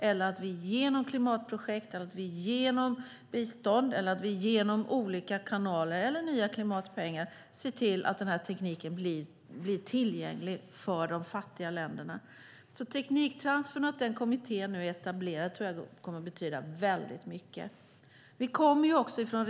Vi kan också genom klimatprojekt, genom bistånd, genom olika kanaler eller genom nya klimatpengar se till att den nya tekniken blir tillgänglig för de fattiga länderna. Kommittén för tekniktransfer är nu etablerad, och jag tror att det kommer att betyda mycket.